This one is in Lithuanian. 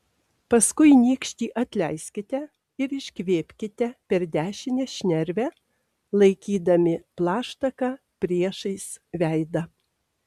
paskui nykštį atleiskite ir iškvėpkite per dešinę šnervę laikydami plaštaką priešais veidą